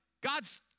God's